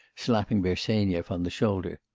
slapping bersenyev on the shoulder.